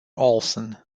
olson